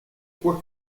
quoi